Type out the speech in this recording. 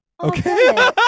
okay